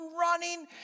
running